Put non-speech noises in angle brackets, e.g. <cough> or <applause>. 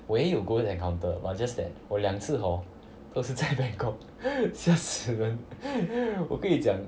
我也有 ghost encounter but just that 我两次 hor 都是在 bangkok <laughs> 吓死人我跟你讲